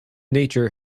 nature